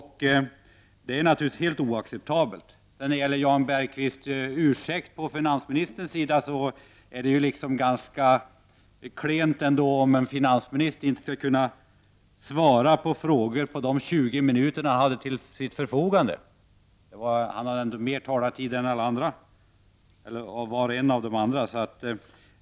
Det är naturligtvis helt oacceptabelt. När det gäller Jan Bergqvists ursäkter för finansministerns räkning tycker jag att det är ganska klent att finansministern inte kunde svara på våra frågor under de 20 minuter som han hade till sitt förfogande. Han förfogar ändå över längre taletid än vi andra som deltar i debatten.